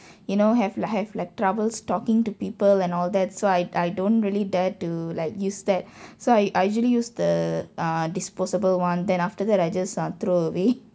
you know have li~ have like troubles talking to people and all that so I I don't really dare to like use that so I I usually use the ah disposable [one] then after that I just uh throw away